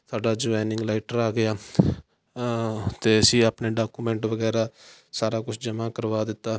ਸਾਡਾ joining letter ਆ ਗਿਆ ਅਤੇ ਅਸੀਂ ਆਪਣੇ ਡਾਕੂਮੈਂਟ ਵਗੈਰਾ ਸਾਰਾ ਕੁਝ ਜਮ੍ਹਾਂ ਕਰਵਾ ਦਿੱਤਾ